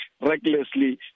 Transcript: recklessly